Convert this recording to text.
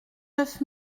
neuf